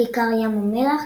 ככר ים המלח,